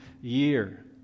year